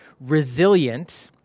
resilient